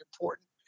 important